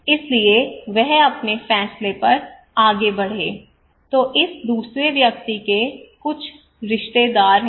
इसलिए वह अपने फैसले पर आगे बढ़े तो इस दूसरे व्यक्ति के कुछ रिश्तेदार हैं